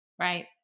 right